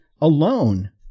alone